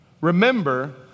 remember